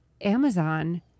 Amazon